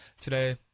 Today